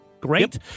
Great